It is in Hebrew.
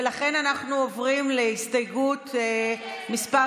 ולכן אנחנו עוברים להסתייגות מס'